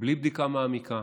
בלי בדיקה מעמיקה,